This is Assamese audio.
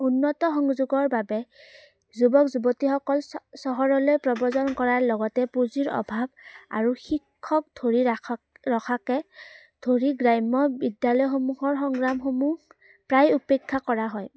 উন্নত সংযোগৰ বাবে যুৱক যুৱতীসকল চ চহৰলৈ প্ৰৱৰ্জন কৰাৰ লগতে পুঁজিৰ অভাৱ আৰু শিক্ষক ধৰি ৰাখক ৰখাকে ধৰি গ্ৰাম্য বিদ্যালয়সমূহৰ সংগ্ৰামসমূহ প্ৰায় উপেক্ষা কৰা হয়